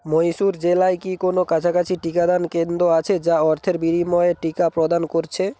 মহীশূর জেলায় কি কোনো কাছাকাছি টিকাদান কেন্দ্র আছে যা অর্থের বিনিময়ে টিকা প্রদান করছে